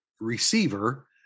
receiver